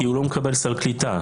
כי הוא לא מקבל סל קליטה.